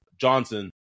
Johnson